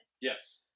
Yes